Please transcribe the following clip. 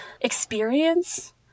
experience